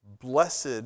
Blessed